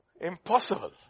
Impossible